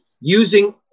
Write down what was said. using